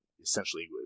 essentially